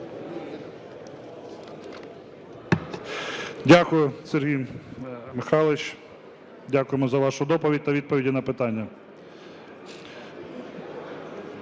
Дякую, Сергій Михайлович, дякуємо за вашу доповідь та відповіді на питання.